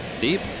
Deep